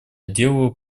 делу